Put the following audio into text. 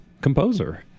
composer